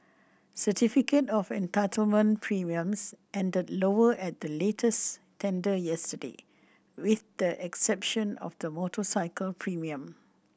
certificate of entitlement premiums ended lower at the latest tender yesterday with the exception of the motorcycle premium